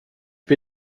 bin